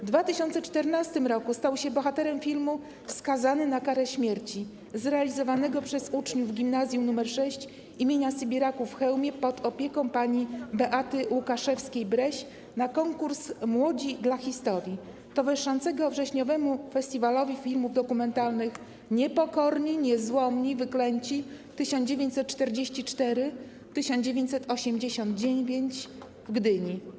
W 2014 r. stał się bohaterem filmu „Skazany na karę śmierci” zrealizowanego przez uczniów Gimnazjum nr 6 im. Sybiraków w Chełmie pod opieką pani Beaty Łukaszewskiej-Breś na konkurs „Młodzi dla historii”, towarzyszącego wrześniowemu Festiwalowi Filmów Dokumentalnych „Niepokorni, Niezłomni, Wyklęci 1944-1989” w Gdyni.